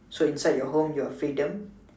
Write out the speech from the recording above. so inside your home you have freedom